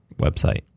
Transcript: website